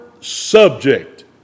subject